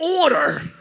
order